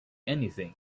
anything